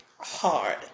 hard